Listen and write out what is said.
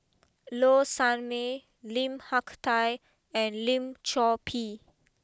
Low Sanmay Lim Hak Tai and Lim Chor Pee